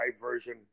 version